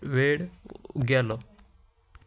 वेड गेलो